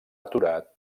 aturar